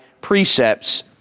precepts